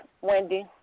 Wendy